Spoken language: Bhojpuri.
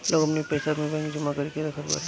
लोग अपनी पईसा के बैंक में जमा करके रखत बाटे